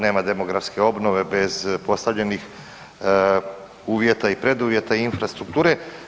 Nema demografske obnove bez postavljenih uvjeta i preduvjeta infrastrukture.